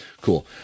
Cool